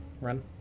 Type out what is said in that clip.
Run